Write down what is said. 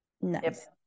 nice